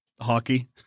hockey